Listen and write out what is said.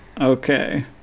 Okay